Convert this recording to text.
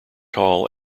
hall